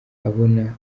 abona